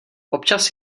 občas